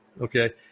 okay